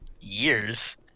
years